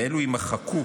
ויימחקו